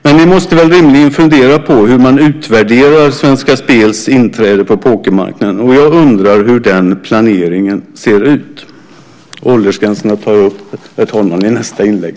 Men ni måste väl rimligen fundera på hur man utvärderar Svenska Spels inträde på pokermarknaden. Jag undrar hur den planeringen ser ut. Åldersgränserna, herr talman, tar jag upp i nästa inlägg.